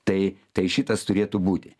tai tai šitas turėtų būti